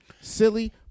silly